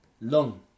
long